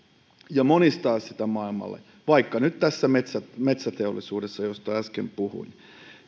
ja monistaa sitä maailmalle vaikka nyt tässä metsäteollisuudessa josta äsken puhuin